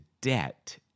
debt